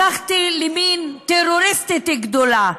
הפכתי למין טרוריסטית גדולה.